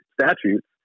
statutes